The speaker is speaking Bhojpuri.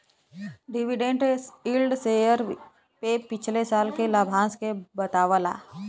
डिविडेंड यील्ड शेयर पे पिछले साल के लाभांश के बतावला